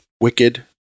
wicked